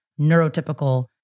neurotypical